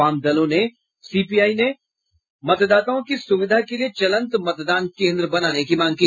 वाम दलों में सीपीआई ने मतदाताओं की सुविधा के लिये चलंत मतदान केन्द्र बनाने की मांग की